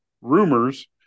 rumors